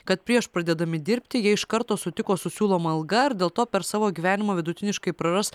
kad prieš pradedami dirbti jie iš karto sutiko su siūloma alga ir dėl to per savo gyvenimą vidutiniškai praras